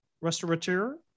restaurateur